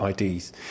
IDs